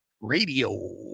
radio